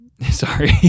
sorry